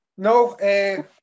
No